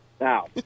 Now